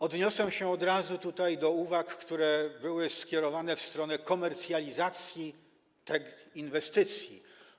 Odniosę się od razu tutaj do uwag, które były skierowane w stronę komercjalizacji tej inwestycji.